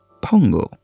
Pongo